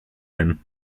him